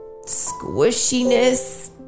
squishiness